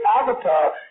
avatar